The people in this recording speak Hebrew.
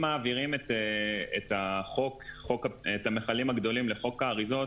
אם מעבירים את המיכלים הגדולים לחוק האריזות,